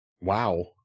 wow